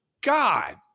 God